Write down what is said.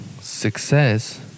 success